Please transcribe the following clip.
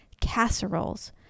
casseroles